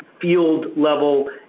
field-level